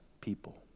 people